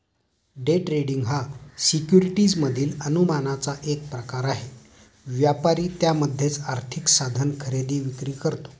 day trading हा securities मधील अनुमानाचा एक प्रकार आहे, व्यापारी त्यामध्येच आर्थिक साधन खरेदी विक्री करतो